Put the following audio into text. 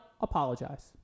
apologize